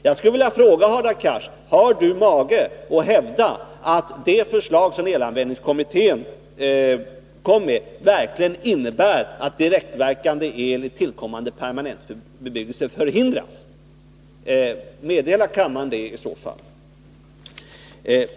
Jag skulle vilja fråga Hadar Cars om han har mage att hävda att det förslag som elanvändningskommittén kom med verkligen innebär att direktverkande el i tillkommande permanentbebyggelse förhindras. Meddela kammaren det i så fall!